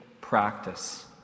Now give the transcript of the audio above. practice